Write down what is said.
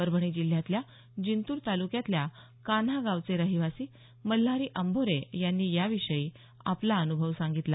परभणी जिल्ह्यातल्या जिंतूर तालुक्यातल्या कान्हा गावचे रहिवासी मल्हारी अंभोरे यांनी या विषयी आपला अनुभव सांगितला